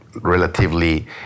relatively